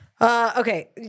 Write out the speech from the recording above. Okay